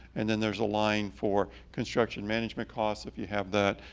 and then there's a line for construction management costs, if you have that,